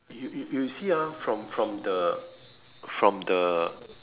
you you you see ah from from the from the